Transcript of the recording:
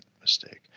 mistake